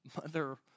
mother